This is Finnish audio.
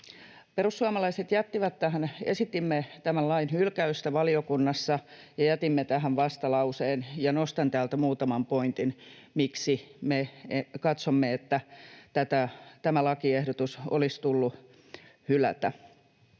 perussuomalaiset esitimme tämän lain hylkäystä valiokunnassa ja jätimme tähän vastalauseen, ja nostan täältä muutaman pointin, miksi me katsomme, että tämä lakiehdotus olisi tullut hylätä.